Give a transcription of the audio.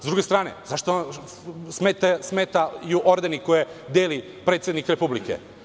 S druge strane, zašto vam smetaju ordeni koje deli predsednik Republike?